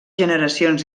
generacions